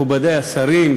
מכובדי השרים,